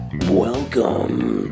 Welcome